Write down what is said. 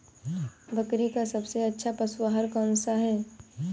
बकरी का सबसे अच्छा पशु आहार कौन सा है?